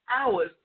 hours